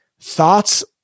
Thoughts